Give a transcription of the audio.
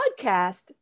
podcast